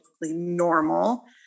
normal